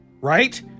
right